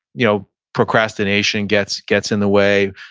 you know procrastination gets gets in the way.